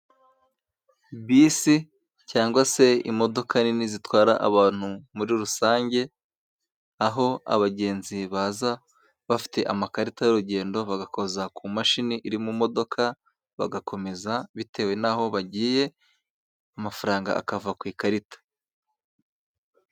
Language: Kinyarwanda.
Bisi cyangwa se imodoka nini zitwara abantu muri rusange, aho abagenzi baza bafite amakarita y'urugendo, bagakoza ku mashini iri mu modoka, bagakomeza bitewe n'aho bagiye amafaranga akava ku ikarita.